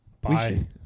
Bye